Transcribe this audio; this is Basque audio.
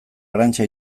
arantxa